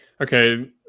Okay